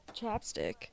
chapstick